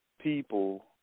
people